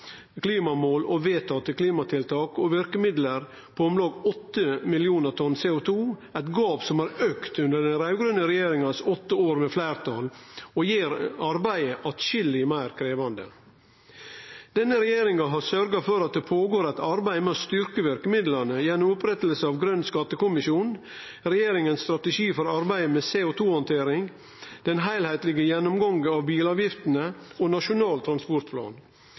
klimamål og vedtatte klimatiltak og verkemiddel på om lag 8 millionar tonn CO2 – eit gap som har auka under den raud-grøne regjeringa sine åtte år med fleirtal og gjer arbeidet atskilleg meir krevjande. Denne regjeringa har sørgt for at det er i gang eit arbeid med å styrkje verkemidla gjennom opprettinga av Grøn skattekommisjon, regjeringa sin strategi for arbeidet med CO2-handtering, den heilskaplege gjennomgangen av bilavgiftene og Nasjonal transportplan.